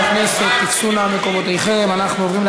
אני רוצה שוב להודות לשר